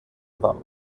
war